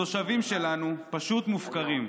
התושבים שלנו פשוט מופקרים.